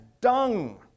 dung